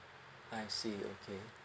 I see okay